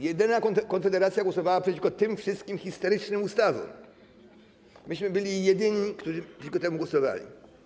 Jedyna Konfederacja głosowała przeciwko tym wszystkim histerycznym ustawom, my byliśmy jedyni, którzy przeciwko temu głosowali.